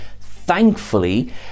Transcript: thankfully